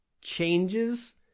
changes